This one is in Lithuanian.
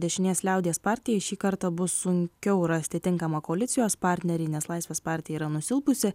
dešinės liaudies partijai šį kartą bus sunkiau rasti tinkamą koalicijos partnerį nes laisvės partija yra nusilpusi